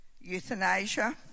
euthanasia